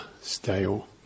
stale